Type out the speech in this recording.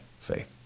faith